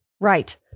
Right